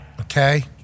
Okay